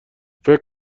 فکر